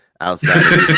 outside